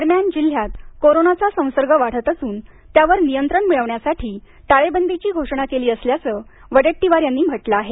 दरम्यान जिल्ह्यात कोरोनाचा संसर्ग वाढत असून त्यावर नियंत्रण मिळवण्यासाठी टाळेबंदीची घोषणा केली असल्याचं वडेट्टीवार यांनी म्हटलं आहे